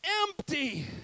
empty